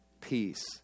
peace